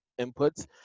inputs